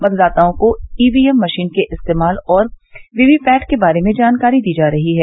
मतदाताओं को EVM machine के इस्तेमाल और वीवीपैट के बारे में जानकारी दी जा रही है